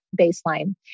baseline